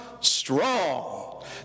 strong